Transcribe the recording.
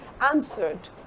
answered